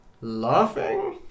laughing